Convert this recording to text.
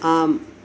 आम्